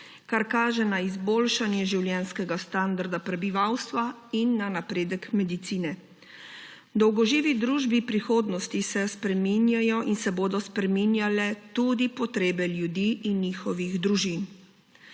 kar kaže na izboljšanje življenjskega standarda prebivalstva in na napredek medicine. V dolgoživi družbi prihodnosti se spreminjajo in se bodo spreminjale tudi potrebe ljudi in njihovih družin.